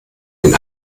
den